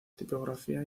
tipografía